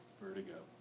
Vertigo